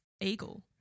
eagle